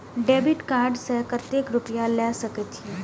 Debit card से कतेक रूपया ले सके छै?